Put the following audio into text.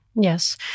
Yes